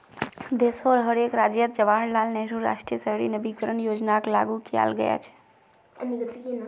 देशोंर हर एक राज्यअत जवाहरलाल नेहरू राष्ट्रीय शहरी नवीकरण योजनाक लागू कियाल गया छ